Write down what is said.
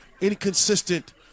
inconsistent